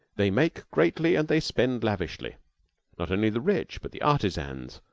they make greatly and they spend lavishly not only the rich, but the artisans,